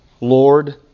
Lord